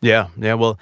yeah yeah well,